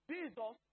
Jesus